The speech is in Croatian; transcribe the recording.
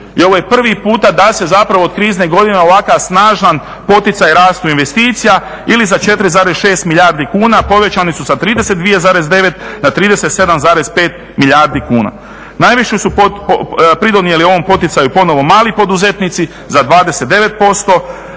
i ovo je prvi put da se zapravo od krizne godine ovakav snažan poticaj rastu investicija ili za 4,6 milijardi kuna, povećani su sa 32,9 na 37,5 milijardi kuna. Najviše su pridonijeli ovom poticaju ponovo mali poduzetnici za 29%,